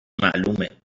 معلومه